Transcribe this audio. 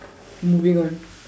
moving on